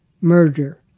murder